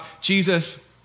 Jesus